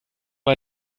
bei